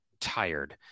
tired